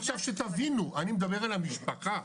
עכשיו שתבינו אני מדבר על המשפחה,